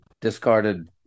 discarded